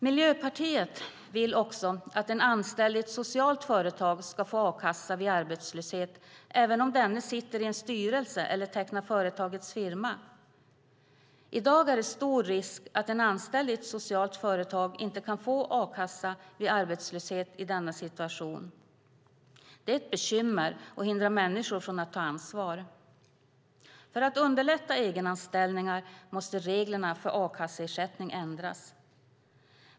Miljöpartiet vill också att en anställd i ett socialt företag ska få a-kassa vid arbetslöshet även om denne sitter i en styrelse eller tecknar företagets firma. I dag är det stor risk att en anställd i ett socialt företag inte kan få a-kassa vid arbetslöshet i denna situation. Det är ett bekymmer och hindrar människor från att ta ansvar. För att underlätta egenanställningar måste reglerna för a-kasseersättning ändras.